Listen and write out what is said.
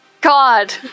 God